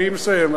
אני מסיים.